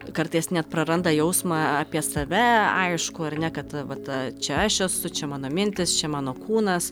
kartais net praranda jausmą apie save aiškų ar ne kad vat čia aš esu čia mano mintys čia mano kūnas